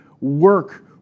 work